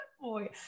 boy